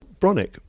Bronick